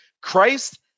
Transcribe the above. Christ